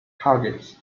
targets